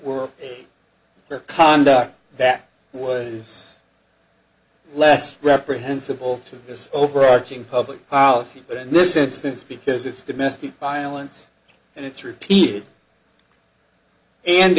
your conduct that was less reprehensible to his overarching public policy but in this instance because it's domestic violence and it's repeated and